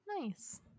Nice